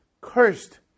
Cursed